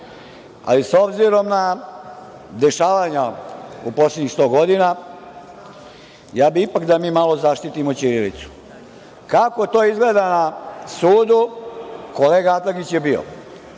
Ali, s obzirom na dešavanja u poslednjih sto godina, ja bih ipak da mi malo zaštitimo ćirilicu. Kako to izgleda na sudu, kolega Atlagić je bio.